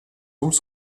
ombres